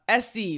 SC